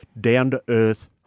down-to-earth